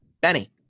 Benny